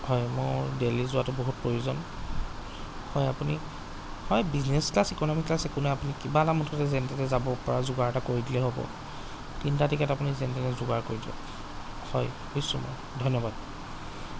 হয় মোৰ দেল্হী যোৱাতো বহুত প্ৰয়োজন হয় আপুনি হয় বিজনেচ ক্লাছ ইকনমি ক্লাছ একো নাই আপুনি কিবা এটা মুঠতে যেনেতেনে যাবপৰা যোগাৰ এটা কৰি দিলেই হ'ব তিনিটা টিকেট আপুনি যেনেতেনে যোগাৰ কৰি দিয়ক হয় বুজিছোঁ মই ধন্যবাদ